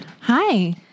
Hi